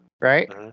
right